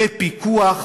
בפיקוח,